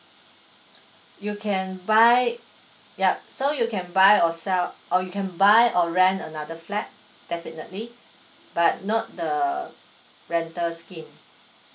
you can buy yup so you can buy or sell or you can buy or rent another flat definitely but not the rental scheme